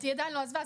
היא עדיין לא עזבה.